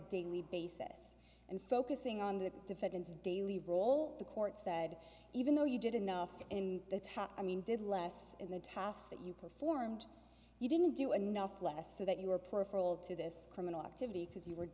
daily basis and focusing on the defendant's daily role the court said even though you did enough in the top i mean did less in the task that you performed you didn't do enough less so that you were peripheral to this criminal activity because you were